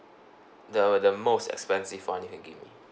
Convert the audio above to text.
the the most expensive one you can give me